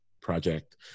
project